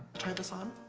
try this on.